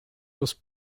was